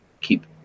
keep